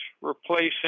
replacing